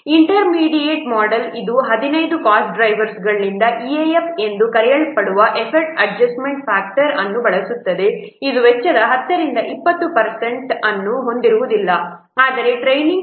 inter ಮೀಡಿಯಟ್ model ಇದು 15 cost ಡ್ರೈವರ್ನಿಂದ EAF ಎಂದು ಕರೆಯಲ್ಪಡುವ ಎಫರ್ಟ್ ಅಡ್ಜಸಟ್ಮೆಂಟ್ ಫ್ಯಾಕ್ಟರ್ ಅನ್ನು ಬಳಸುತ್ತದೆ ಇದು ವೆಚ್ಚದ 10 ರಿಂದ 20 ಅನ್ನು ಹೊಂದಿರುವುದಿಲ್ಲ ಅಂದರೆ ಟ್ರೈನಿಂಗ್